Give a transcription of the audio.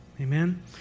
amen